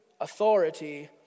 authority